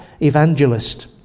evangelist